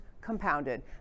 compounded